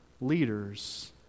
leaders